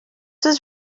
was